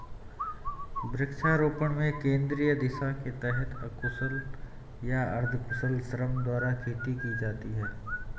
वृक्षारोपण में केंद्रीय दिशा के तहत अकुशल या अर्धकुशल श्रम द्वारा खेती की जाती है